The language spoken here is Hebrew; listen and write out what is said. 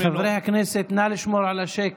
והוציא ממנו, חברי הכנסת, נא לשמור על השקט.